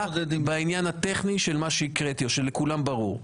בעניין הטכני של מה שהקראתי או שלכולם ברור?